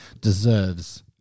deserves